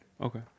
Okay